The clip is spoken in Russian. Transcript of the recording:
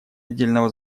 отдельного